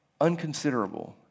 unconsiderable